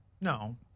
No